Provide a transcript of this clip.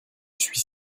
suis